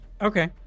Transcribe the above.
Okay